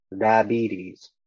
diabetes